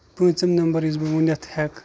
پونٛژِم number یُس بہٕ ؤنتھ ہٮ۪کہٕ